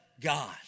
God